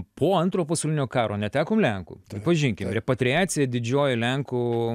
po antro pasaulinio karo netekom lenkų pripažinkim repatriacija didžioji lenkų